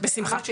בשמחה.